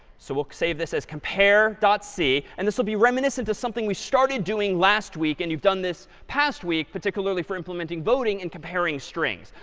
so we'll save this as compare dot c. and this will be reminiscent of something we started doing last week. and you've done this past week, particularly for implementing voting and comparing strings.